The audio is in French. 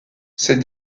ces